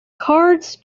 cards